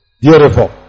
Beautiful